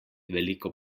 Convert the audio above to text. veliko